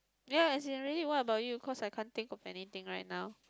ya as in really what about you cause I can't think of anything right now